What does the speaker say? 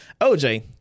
OJ